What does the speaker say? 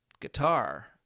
guitar